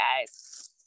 guys